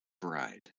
bride